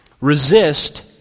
Resist